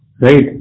Right